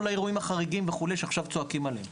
האירועים החריגים וכו' שעכשיו צועקים עליהם.